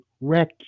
wreck